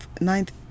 ninth